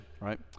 right